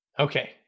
Okay